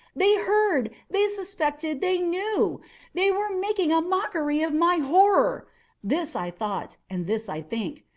they heard they suspected they knew they were making a mockery of my horror this i thought, and this i think.